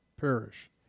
perish